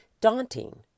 daunting